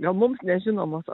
gal mums nežinomos